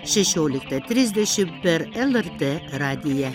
šešioliktą trisdešimt per lrt radiją